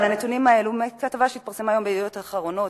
הנתונים האלה הם מכתבה שהתפרסמה היום ב"ידיעות אחרונות".